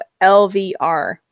LVR